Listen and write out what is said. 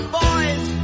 boys